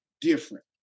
different